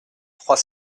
trois